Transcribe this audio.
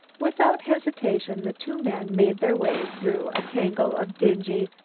without hesitation the two men made their way through a tangle of dingy,